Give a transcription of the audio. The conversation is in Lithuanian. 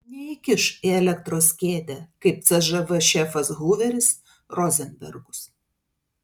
neįkiš į elektros kėdę kaip cžv šefas huveris rozenbergus